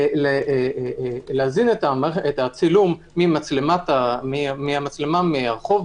להזין את הצילום מהמצלמה מהרחוב,